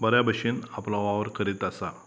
बऱ्या भशेन आपलो वावर करीत आसा